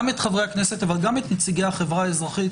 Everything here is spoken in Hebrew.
גם את חברי הכנסת אך גם את נציגי החברה האזרחית,